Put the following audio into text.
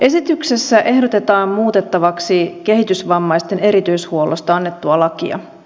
esityksessä ehdotetaan muutettavaksi kehitysvammaisten erityishuollosta annettua lakia